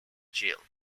jail